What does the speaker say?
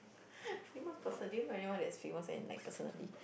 famous person do you know anyone that is famous and like personally